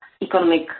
economic